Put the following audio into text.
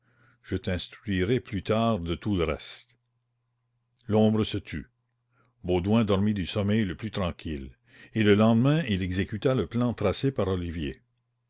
je t'instruirai plus tard de tout le reste l'ombre se tut baudouin dormit du sommeil le plus tranquille et le lendemain il exécuta le plan tracé par olivier